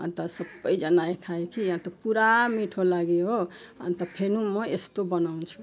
अन्त सबैजना आयो खानु कि अन्त पुरा मिठो लाग्यो हो अन्त फेरि म यस्तो बनाउँछु